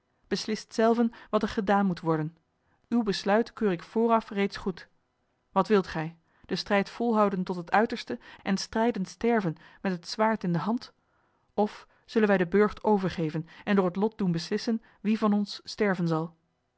beslist zelven wat er gedaan moet worden uw besluit keur ik vooraf reeds goed wat wilt gij den strijd volhouden tot het uiterste en strijdend sterven met het zwaard in de hand of zullen wij den burcht overgeven en door het lot doen beslissen wie van ons sterven zal